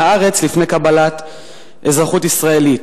מהארץ לפני קבלת אזרחות ישראלית.